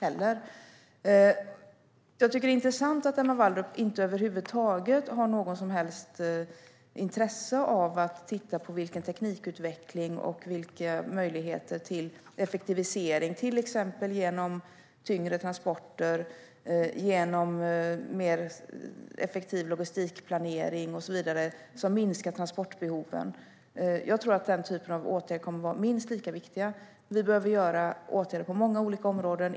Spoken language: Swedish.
Det är intressant att Emma Wallrup inte har något som helst intresse av att titta på vilken teknikutveckling och vilka möjligheter till effektivisering som finns, till exempel genom tyngre transporter, mer effektiv logistikplanering och så vidare som minskar transportbehoven. Jag tror att den typen av åtgärder kommer att vara minst lika viktiga. Vi behöver vidta åtgärder på många olika områden.